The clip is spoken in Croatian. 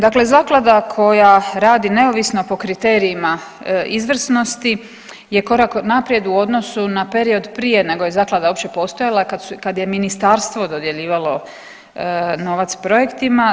Dakle, zaklada koja radi neovisno po kriterijima izvrsnosti je korak naprijed u odnosu na period prije nego je zaklada uopće postojala, kada je ministarstvo dodjeljivalo novac projektima.